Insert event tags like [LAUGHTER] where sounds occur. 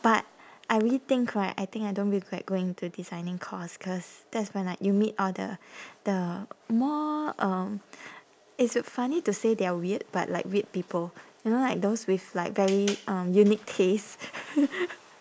but I really think right I think I don't regret going to designing course cause that's when like you meet all the the more um it's funny to say they're weird but like weird people you know like those with like very um unique tastes [NOISE]